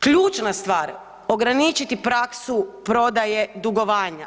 Ključna stvar, ograničiti praksu prodaje dugovanja.